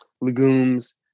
legumes